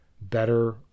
better